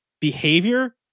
behavior